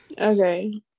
Okay